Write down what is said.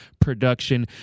production